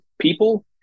people